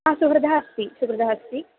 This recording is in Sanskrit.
हा सुहृदः अस्ति सुहृदः अस्ति